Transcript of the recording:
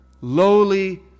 lowly